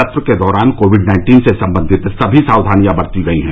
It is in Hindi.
सत्र के दौरान कोविड नाइन्टीन से संबंधित सभी सावधानियां बरती गई हैं